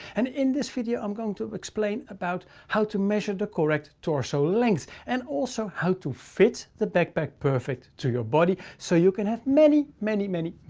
and in this video, i'm going to explain about how to measure the correct torso length, and also how to fit the backpack perfect to your body so you can have many, many, many,